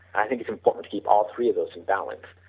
i think it's important to keep all three of those in balance,